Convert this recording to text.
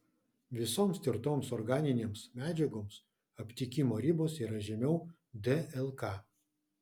visoms tirtoms organinėms medžiagoms aptikimo ribos yra žemiau dlk